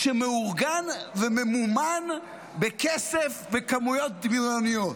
שמאורגן וממומן בכסף בכמויות דמיוניות".